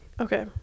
Okay